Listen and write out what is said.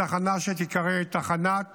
בתחנה שתיקרא "תחנת